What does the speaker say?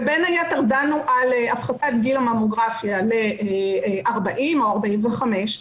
ובין היתר דנו על הפחתת גיל הממוגרפיה ל-40 או 45,